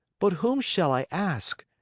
but whom shall i ask?